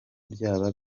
byaba